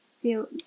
feel